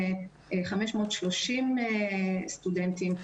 530 סטודנטים.